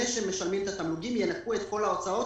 שמשלמים את התמלוגים ינכו את כל ההוצאות,